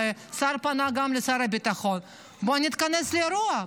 והשר פנה גם לשר הביטחון: בואו נתכנס לאירוע,